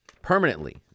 Permanently